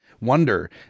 wonder